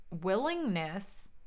willingness